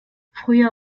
früher